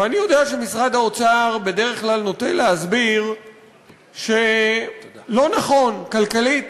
ואני יודע שמשרד האוצר בדרך כלל נוטה להסביר שלא נכון כלכלית